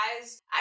guys